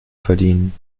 verdienen